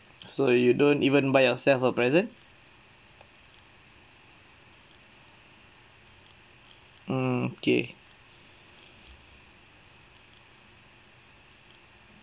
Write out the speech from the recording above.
so you don't even buy yourself a present mm okay